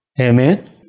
Amen